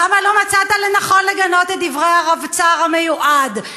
למה לא מצאת לנכון לגנות את דברי הרבצ"ר המיועד?